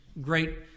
great